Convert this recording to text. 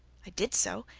i did so,